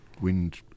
wind